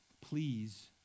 Please